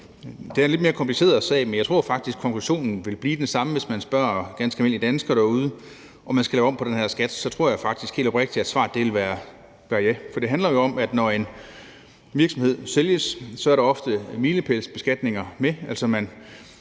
Det er en lidt mere kompliceret sag, men jeg tror faktisk, at konklusionen vil blive den samme, hvis man spørger ganske almindelige danskere derude, om man skal lave om på den her skat – så tror jeg faktisk helt oprigtigt, at svaret vil være ja. For det handler jo om, at når en virksomhed sælges, er der ofte milepælsbeskatninger med